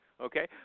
okay